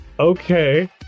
Okay